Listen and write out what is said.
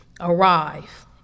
arrive